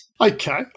Okay